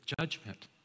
judgment